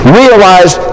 realized